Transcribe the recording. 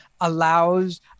allows